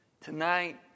tonight